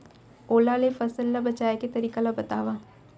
ओला ले फसल ला बचाए के तरीका ला बतावव?